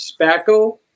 spackle